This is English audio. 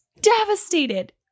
devastated